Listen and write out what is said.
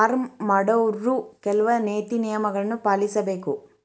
farm ಮಾಡೊವ್ರು ಕೆಲ್ವ ನೇತಿ ನಿಯಮಗಳನ್ನು ಪಾಲಿಸಬೇಕ